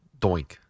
Doink